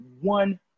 one